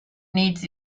needs